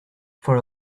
for